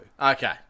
Okay